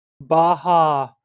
Baja